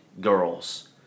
girls